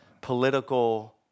political